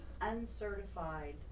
uncertified